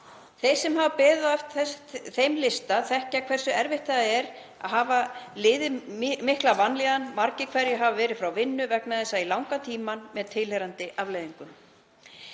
Þeir sem hafa beðið á þeim lista þekkja hversu erfitt það er að hafa liðið mikla vanlíðan og margir hverjir hafa verið frá vinnu vegna þessa í langan tíma með tilheyrandi afleiðingum.